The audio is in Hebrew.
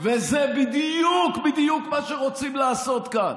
זה בדיוק בדיוק מה שרוצים לעשות כאן,